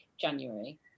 January